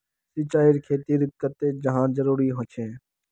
सिंचाईर खेतिर केते चाँह जरुरी होचे?